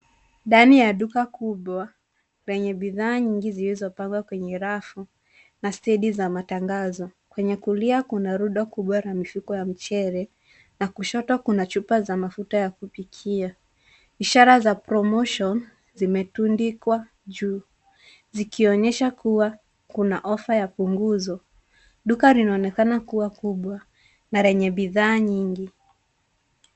Ndani ya duka kubwa lenye bidhaa nyingi zilizopangwa kwenye rafu na stendi za matangazo, kwenye kulia kuna rundo kubwa ya mifuko ya michele na kushoto kuna chupa za mafuta ya kupikia. Ishara za promotion zimetundikwa juu zikionyesha kuwa kuna ofa ya punguzo. Duka linaonekana kuwa kubwa na lenye bidhaa nyingi.